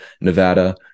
Nevada